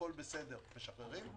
הכול בסדר משחררים,